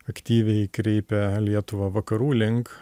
aktyviai kreipė lietuvą vakarų link